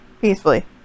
peacefully